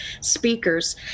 speakers